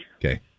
Okay